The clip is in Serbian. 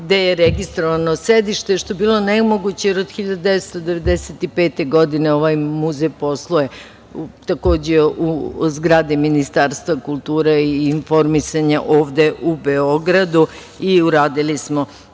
gde je registrovano sedište, što je bilo nemoguće, jer od 1995. godine ovaj muzej posluje takođe u zgradi Ministarstva kulture i informisanja ovde u Beogradu. Ovim